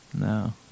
No